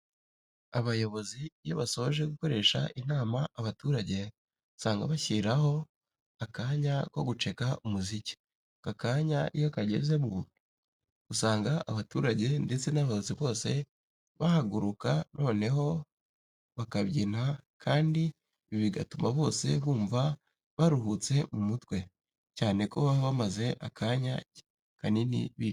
Abayobozi iyo basoje gukoresha inama abaturage usanga bashyiraho akanya ko guceka umuziki. Aka kanya iyo kagezemo usanga abaturage ndetse n'abayobozi bose bahaguruka noneho bakabyina kandi ibi bibagutuma bose bumva baruhutse mu mutwe, cyane ko baba bamaze akanya kanini bicaye.